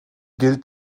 gilt